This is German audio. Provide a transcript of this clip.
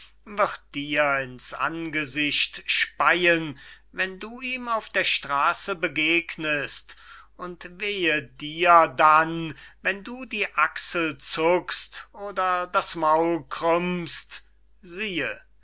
wird dir in's angesicht speyen wenn du ihm auf der strase begegnest und wehe dir dann wenn du die achsel zuckst oder das maul krümmst siehe